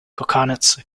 coconuts